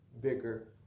Bigger